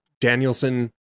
danielson